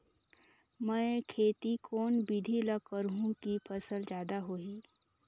मै खेती कोन बिधी ल करहु कि फसल जादा होही